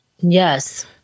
Yes